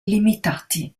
limitati